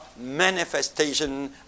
manifestation